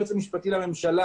היועץ המשפטי לממשלה,